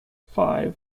five